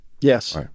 Yes